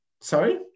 Sorry